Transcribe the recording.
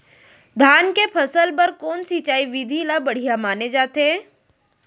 धान के फसल बर कोन सिंचाई विधि ला बढ़िया माने जाथे?